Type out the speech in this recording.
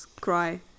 cry